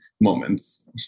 moments